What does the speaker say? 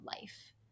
life